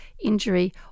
injury